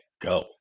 go